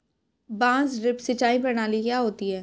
बांस ड्रिप सिंचाई प्रणाली क्या होती है?